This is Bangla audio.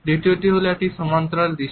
দ্বিতীয়টি হল একটি সমান্তরাল দৃষ্টি